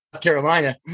Carolina